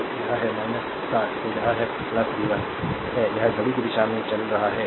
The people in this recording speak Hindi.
तो यह है 60 तो यह v 1 है यह घड़ी की दिशा में चल रहा है